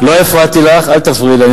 לא הפרעתי לך, אל תפריעי לי.